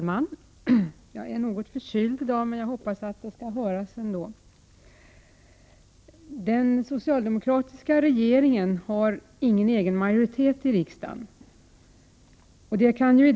Herr talman! Den socialdemokratiska regeringen har inte egen majoritet i riksdagen.